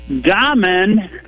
Diamond